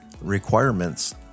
requirements